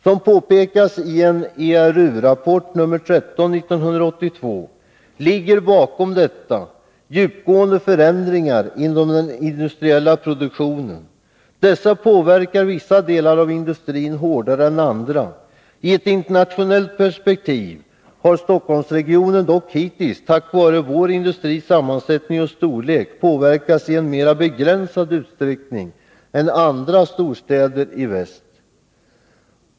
Som påpekas i en ERU-rapport — nr 13, 1982 — ligger bakom detta djupgående förändringar inom den industriella produktionen. Dessa påverkar vissa delar av industrin hårdare än andra. I ett internationellt perspektiv har Stockholmsregionen dock hittills tack vare vår industris sammansättning och storlek påverkats i mera begränsad utsträckning än andra storstäder i väst.